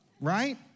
right